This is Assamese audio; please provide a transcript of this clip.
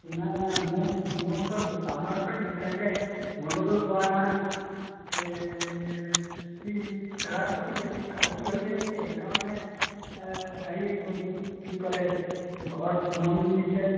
নাই নাই মোৰ মোৰ ওচৰত আমাৰ ওচৰত তেনেকৈ গণ্ডগোল কৰা নাই এই সি খেলাৰ প্ৰতি বেছি ধাউতি হৈছে নেকি সেইকাৰণে হেৰি কোন কি কয় ঘৰত মন দিছে